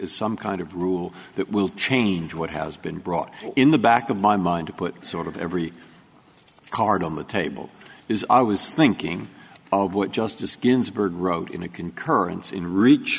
is some kind of rule that will change what has been brought in the back of my mind to put sort of every card on the table is i was thinking of what justice ginsburg wrote in a concurrence in reach